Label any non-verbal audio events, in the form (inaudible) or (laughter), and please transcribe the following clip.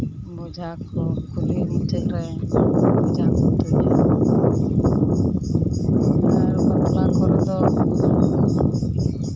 ᱵᱳᱡᱷᱟᱠᱚ ᱠᱩᱞᱦᱤ ᱢᱩᱪᱟᱹᱫᱽ ᱨᱮ ᱵᱳᱡᱷᱟ ᱠᱚ ᱛᱩᱧᱟ ᱟᱨ (unintelligible)